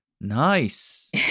nice